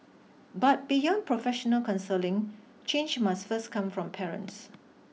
but beyond professional counselling change must first come from parents